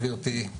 גבירתי,